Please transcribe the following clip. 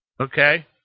okay